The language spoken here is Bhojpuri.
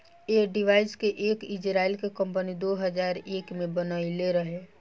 ऐ डिवाइस के एक इजराइल के कम्पनी दो हजार एक में बनाइले रहे